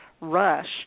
Rush